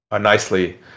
nicely